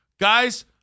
Guys